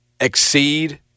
exceed